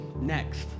next